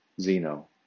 Zeno